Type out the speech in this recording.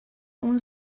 اون